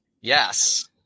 Yes